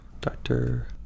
Doctor